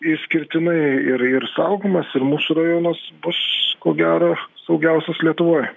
išskirtinai ir ir saugomas ir mūsų rajonas bus ko gero saugiausias lietuvoj